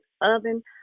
oven